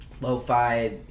lo-fi